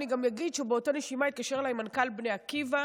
אני גם אגיד שבראותה נשימה התקשר אליי מזכ"ל בני עקיבא,